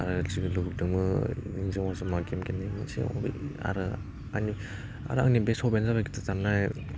आरो खिसुमान लोगोफोर दङ जमा जमा गेम गेलेनाय रुम मोनसेयाव आरो आंनि आरो आंनि बेस्ट हबि जाबाय गिटार दामनाय